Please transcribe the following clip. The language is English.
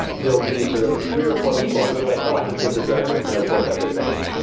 there will be sort of three or four people who'd be like, oh, i think this is broken, and they're four separate things